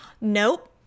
Nope